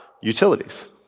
utilities